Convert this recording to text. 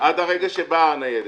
עד הרגע שבאה הניידת.